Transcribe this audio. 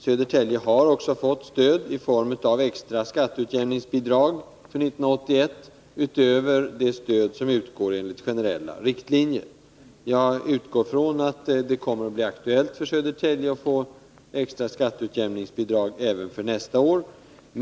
Södertälje har också fått stöd i form av extra skatteutjämningsbidrag för 1981 utöver det stöd som utgår enligt generella riktlinjer. Jag utgår från att det kommer att bli aktuellt för Södertälje att få extra skatteutjämningsbidrag även för nästa år.